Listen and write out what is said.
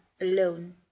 alone